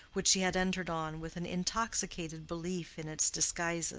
which she had entered on with an intoxicated belief in its disguises,